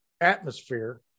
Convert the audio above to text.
atmosphere